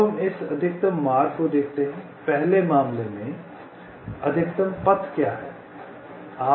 अब हम अधिकतम मार्ग देखते हैं पहले मामले में अधिकतम पथ क्या है